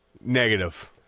Negative